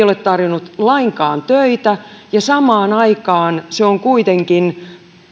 ole tarjonnut lainkaan töitä ja samaan aikaan se on kuitenkin